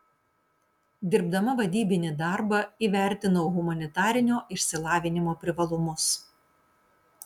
dirbdama vadybinį darbą įvertinau humanitarinio išsilavinimo privalumus